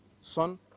son